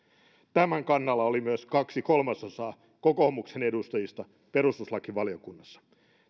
tämän kannalla oli myös kaksi kolmasosaa kokoomuksen edustajista perustuslakivaliokunnassa